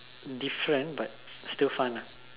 different but still fun ah